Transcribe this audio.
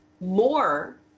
more